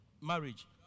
marriage